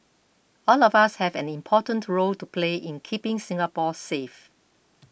all of us have an important role to play in keeping Singapore safe